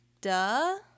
duh